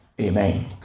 Amen